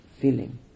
feeling